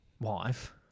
wife